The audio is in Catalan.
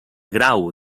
grau